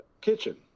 kitchen